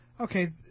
okay